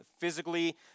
physically